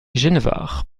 genevard